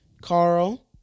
Carl